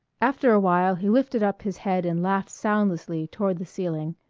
after a while he lifted up his head and laughed soundlessly toward the ceiling.